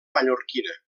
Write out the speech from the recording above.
mallorquina